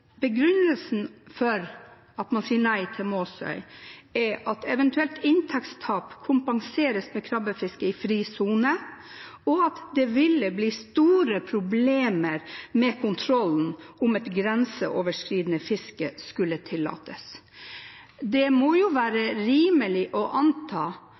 begrunnelsen for at man sier nei til Måsøy, er at «eventuelt inntektstap kompenseres med krabbefisket i fri sone, og at det ville bli store problemer med kontrollen om et grenseoverskridende fiske skulle tillates». Det må være rimelig å anta